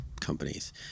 companies